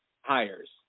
hires